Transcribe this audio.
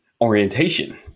orientation